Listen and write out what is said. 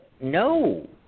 no